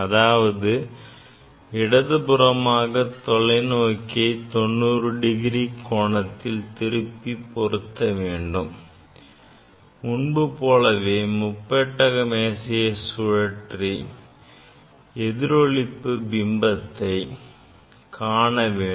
அடுத்து இடது புறமாக தொலைநோக்கியை 90 டிகிரி கோணத்தில் திருப்பி பொருத்த வேண்டும் முன்புபோலவே முப்பட்டகம் மேசையை சுழற்றி எதிரொளிப்பு பிம்பத்தை காண வேண்டும்